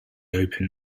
open